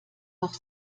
noch